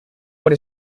what